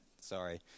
sorry